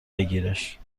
بگیرش